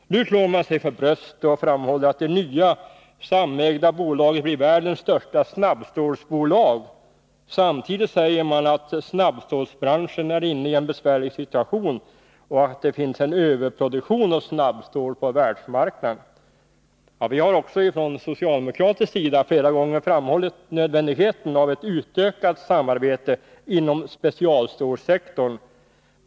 Nu slår man sig för bröstet och framhåller att det nya samägda bolaget blir världens största snabbstålsbolag. Samtidigt säger man att snabbstålsbranschen är inne i en besvärlig situation och att det finns en överproduktion av snabbstål på världsmarknaden. Vi har också från socialdemokratisk sida flera gånger framhållit nödvändigheten av ett utökat samarbete inom specialstålssektorn.